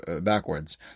backwards